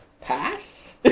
Pass